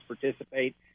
participate